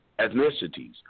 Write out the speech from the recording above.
ethnicities